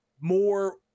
more